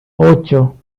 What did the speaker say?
ocho